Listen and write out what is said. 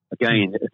Again